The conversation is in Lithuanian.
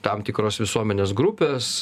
tam tikros visuomenės grupės